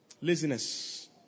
Laziness